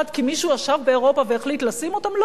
כי מישהו ישב באירופה והחליט לשים אותם?